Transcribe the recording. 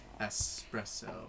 Espresso